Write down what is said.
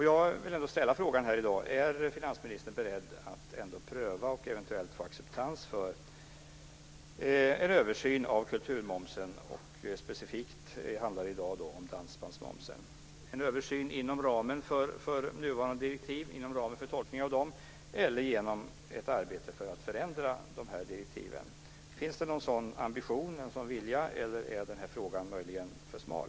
Jag vill här i dag ställa följande fråga: Är finansministern beredd att pröva och eventuellt försöka få acceptans för en översyn av kulturmomsen? Specifikt handlar det i dag om dansbandsmomsen. Det skulle gälla en översyn inom ramen för tolkningen av nuvarande direktiv eller ett arbete för att förändra de direktiven. Finns det någon sådan ambition, eller är den här frågan möjligen för smal?